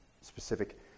specific